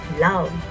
love